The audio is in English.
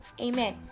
Amen